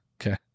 Okay